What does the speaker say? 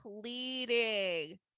pleading